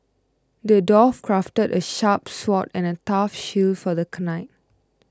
the dwarf crafted a sharp sword and a tough shield for the knight